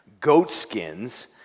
goatskins